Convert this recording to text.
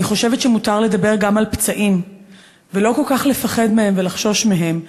אני חושבת שמותר לדבר גם על פצעים ולא כל כך לפחד מהם ולחשוש מהם,